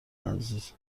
عزیز